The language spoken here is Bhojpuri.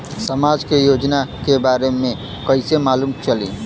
समाज के योजना के बारे में कैसे मालूम चली?